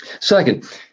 Second